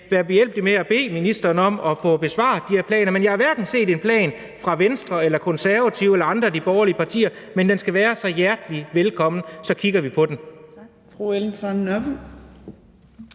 være behjælpelig med at bede ministeren om at få besvaret de her planer. Men jeg har hverken set en plan fra Venstre eller Konservative eller andre af de borgerlige partier. Men den skal være så hjertelig velkommen, og så kigger vi på den.